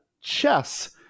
Chess